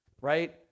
right